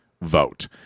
vote